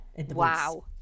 wow